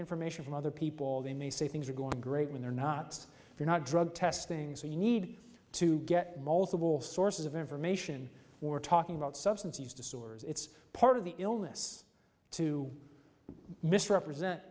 information from other people they may say things are going great when they're not you're not drug tests things that you need to get multiple sources of information we're talking about substance use disorders it's part of the illness to misrepresent